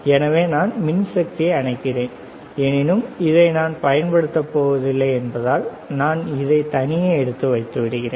எனவே நான் மின்சக்தியை அணைக்கிறேன் எனினும் இதை நான் பயன்படுத்தப் போவதில்லை என்பதால் நான் இதை தனியே எடுத்து வைத்து விடுகிறேன்